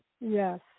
Yes